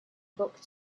book